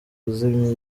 kuzimya